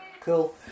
cool